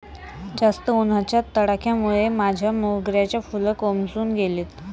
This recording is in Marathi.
जास्त उन्हाच्या तडाख्यामुळे माझ्या मोगऱ्याची फुलं कोमेजून गेली